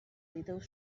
little